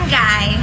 guy